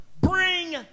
bring